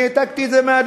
אני העתקתי את זה מהדוח.